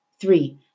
three